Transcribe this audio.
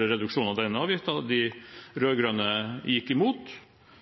reduksjon av den avgiften, men de rød-grønne gikk imot,